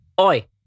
Oi